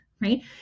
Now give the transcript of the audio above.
right